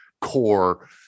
core